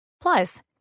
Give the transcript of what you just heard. Plus